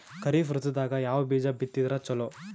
ಖರೀಫ್ ಋತದಾಗ ಯಾವ ಬೀಜ ಬಿತ್ತದರ ಚಲೋ?